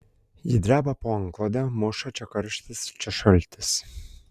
ji dreba po antklode muša čia karštis čia šaltis